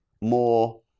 more